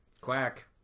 quack